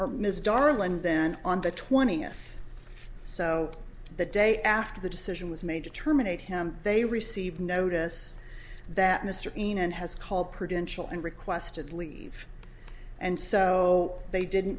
or ms darling and then on the twentieth so the day after the decision was made to terminate him they received notice that mr green and has called prevention and requested leave and so they didn't